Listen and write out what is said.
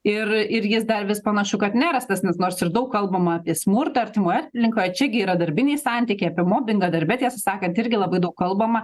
ir ir jis dar vis panašu kad nerastas nes nors ir daug kalbama apie smurtą artimoje aplinkoje čia gi yra darbiniai santykiai apie mobingą darbe tiesą sakant irgi labai daug kalbama